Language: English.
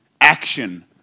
action